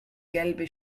gelbe